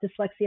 dyslexia